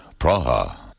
Praha